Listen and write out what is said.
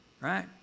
right